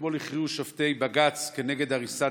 אתמול הכריזו שופטי בג"ץ כנגד הריסת